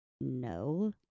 no